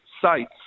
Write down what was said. sites